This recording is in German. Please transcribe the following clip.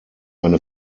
eine